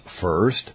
first